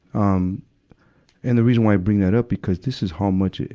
um and the reason why i bring that up, because this is how much it,